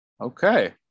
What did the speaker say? Okay